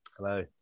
Hello